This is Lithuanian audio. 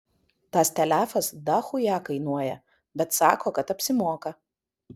tas telefas dachuja kainuoja bet sako kad apsimoka